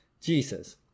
Jesus